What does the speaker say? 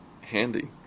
handy